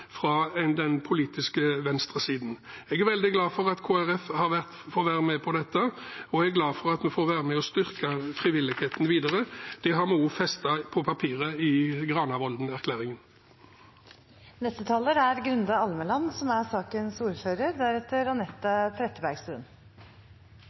den politiske venstresiden. Jeg er veldig glad for at Kristelig Folkeparti får være med på dette, og jeg er glad for at vi får være med og styrke frivilligheten videre. Det har vi også festet på papiret i Granavolden-erklæringen. Representanten Giske sa i sin replikkveksling med statsråden at forskjellene kanskje ikke er